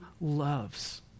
loves